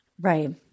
Right